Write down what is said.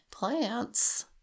Plants